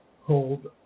hold